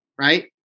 Right